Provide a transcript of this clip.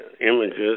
images